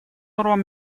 нормам